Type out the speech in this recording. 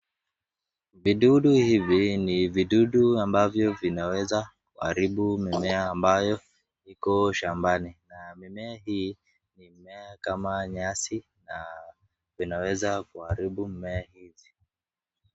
Vidudu hivi ni vidudu ambavyo vinaweza kuharibu mimea ambayo iko shambani. Na mimea hii ni mimea kama nyasi na vinaweza kuharibu mimea hizi.